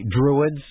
Druids